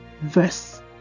verse